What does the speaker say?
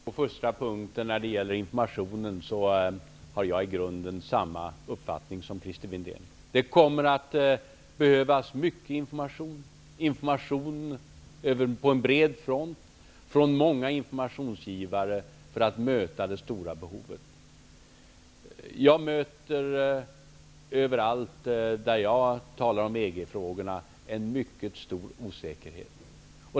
Herr talman! Jag har i grunden samma uppfattning som Christer Windén när det gäller informationen. Det kommer att behövas mycket information på en bred front från många informationsgivare för att man skall kunna möta det stora behovet. Överallt där jag talar om EG-frågorna möter jag en mycket stor osäkerhet.